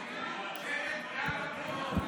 ההצעה להעביר לוועדה את הצעת חוק שלילת זכויות למעורב